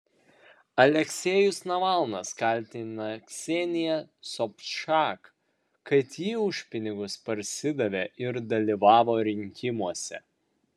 aleksejus navalnas kaltina kseniją sobčak kad ji už pinigus parsidavė ir dalyvavo rinkimuose